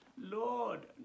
lord